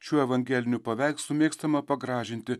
šiuo evangeliniu paveikslu mėgstama pagražinti